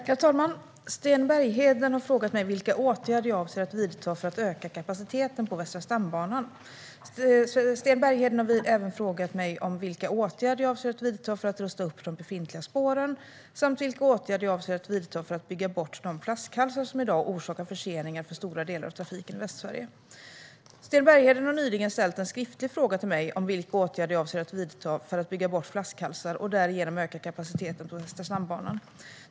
Herr talman! Sten Bergheden har frågat mig vilka åtgärder jag avser att vidta för att öka kapaciteten på Västra stambanan. Sten Bergheden har även frågat mig vilka åtgärder jag avser att vidta för att rusta upp de befintliga spåren samt vilka åtgärder jag avser att vidta för att bygga bort de flaskhalsar som i dag orsakar förseningar för stora delar av trafiken i Västsverige. Sten Bergheden har nyligen ställt en skriftlig fråga till mig om vilka åtgärder jag avser att vidta för att bygga bort flaskhalsar och därigenom öka kapaciteten på Västra stambanan.